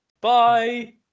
Bye